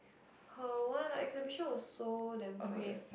her one like exhibition was so damn crowded